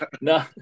No